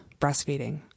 breastfeeding